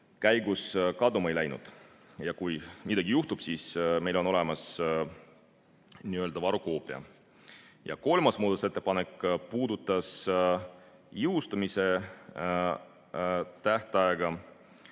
käigus kaduma ei läinud. Ja kui midagi juhtub, siis meil on olemas nii-öelda varukoopia. Kolmas muudatusettepanek puudutas jõustumise tähtaega.